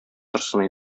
торсын